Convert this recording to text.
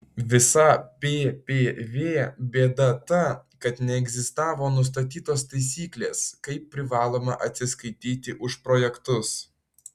visa ppv bėda ta kad neegzistavo nustatytos taisyklės kaip privaloma atsiskaityti už projektus